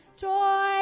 joy